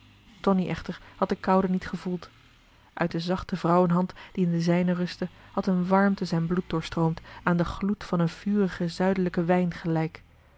tonie echter had de koude niet gevoeld uit de zachte vrouwenhand die in de zijne rustte had een warmte zijn bloed doorstroomd aan den gloed van een vurigen zuidelijken wijn gelijk